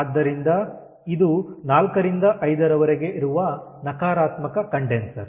ಆದ್ದರಿಂದ ಇದು 4ರಿಂದ 5ರವರೆಗೆ ಇರುವ ನಕಾರಾತ್ಮಕ ಕಂಡೆನ್ಸರ್